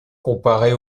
comparer